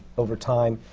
over time?